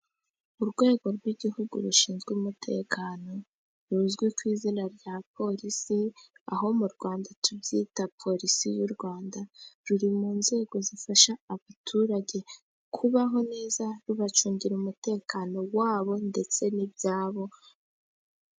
Urwego rw'igihugu rushinzwe umutekano ruzwi ku izina rya polisi, aho mu Rwanda tubyita polisi y'u Rwanda, ruri mu nzego zifasha abaturage kubaho neza rubacungira umutekano wabo ndetse n'ibyabo.